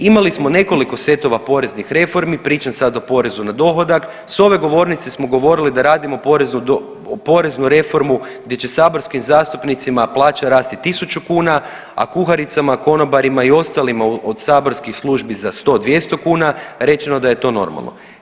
Imali smo nekoliko setova poreznih reformi, pričam sad o porezu na dohodak, s ove govornice smo govorili da radimo poreznu reformu gdje će saborskim zastupnicima plaća rasti tisuću kuna, a kuharicama, konobarima i ostalima od saborskih službi za 100, 200 kuna rečeno da je to normalno.